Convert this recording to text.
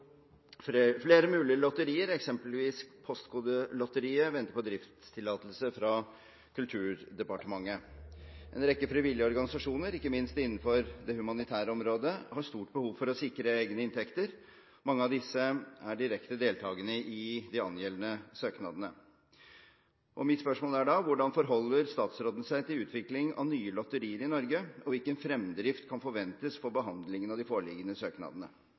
mulige lotterier, eksempelvis Postkodelotteriet, venter på driftstillatelse fra Kulturdepartementet. En rekke frivillige organisasjoner, ikke minst innenfor det humanitære området, har stort behov for å sikre sine inntekter. Mange av disse er direkte deltakende i, eller vil ha potensial for betydelige inntekter fra, disse lotteriene. Hvordan forholder statsråden seg til utvikling av nye lotterier i Norge, og hvilken fremdrift kan forventes for behandlingen av de foreliggende søknadene?»